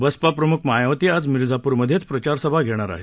बसपा प्रमुख मायावाती आज मिरझापूरमधेच प्रचारसभा घेणार आहेत